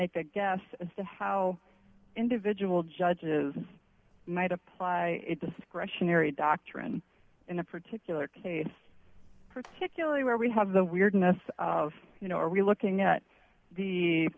make a guess as to how how individual judges might apply it discretionary doctrine in a particular case particularly where we have the weirdness of you know are we looking at the